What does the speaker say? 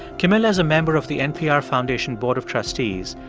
camilla is a member of the npr foundation board of trustees,